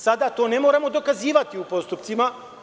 Sada to ne moramo dokazivati u postupcima.